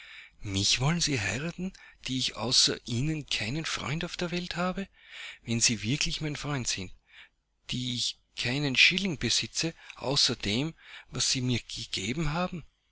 mich wollen sie heiraten die ich außer ihnen keinen freund auf der welt habe wenn sie wirklich mein freund sind die ich keinen schilling besitze außer dem was sie mir gegeben haben